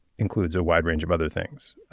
includes a wide range of other things.